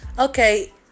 okay